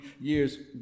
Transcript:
years